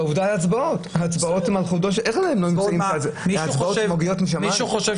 העובדה היא שלא מוכנים לתת קיזוזים --- חה"כ מקלב,